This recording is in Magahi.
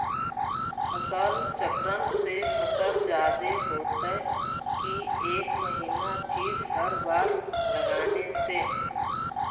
फसल चक्रन से फसल जादे होतै कि एक महिना चिज़ हर बार लगाने से?